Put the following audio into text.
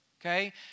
Okay